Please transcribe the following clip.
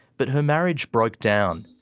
but her marriage broke down.